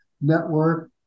network